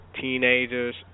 teenagers